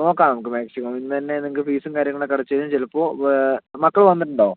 നോക്കാം നമുക്ക് മാക്സിമം ഇന്നു തന്നെ നിങ്ങൾക്ക് ഫീസും കാര്യങ്ങളൊക്കെ അടച്ച് കഴിഞ്ഞാൽ ചിലപ്പോൾ മക്കൾ വന്നിട്ടുണ്ടോ